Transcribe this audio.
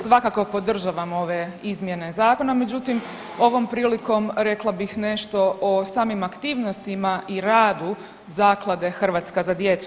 Svakako podržavam ove izmjene zakona, međutim ovom prilikom rekla bih nešto o samim aktivnostima i radu Zaklade Hrvatska za djecu.